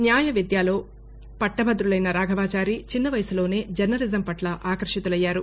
న్యాయ విద్యాలో వట్టభదులైన రాఘవచారి చిన్న వయసులోనే జర్నలిజం పట్ల ఆకర్షితులైయ్యారు